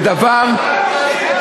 בדבר, זהו, די.